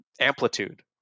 amplitude